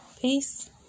Peace